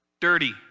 dirty